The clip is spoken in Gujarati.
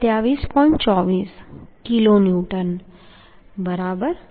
24 કિલોન્યુટન બરાબર